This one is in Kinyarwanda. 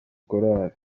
korali